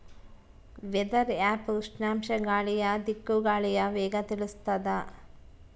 weather app ಉಷ್ಣಾಂಶ ಗಾಳಿಯ ದಿಕ್ಕು ಗಾಳಿಯ ವೇಗ ತಿಳಿಸುತಾದ